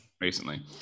recently